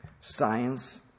science